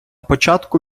початку